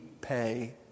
pay